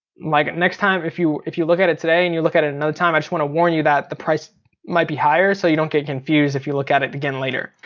like next time if you if you look at it today and you look at it another time i just want to warn you that the price might be higher, so you don't get confused if you look at it again later.